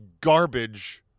garbage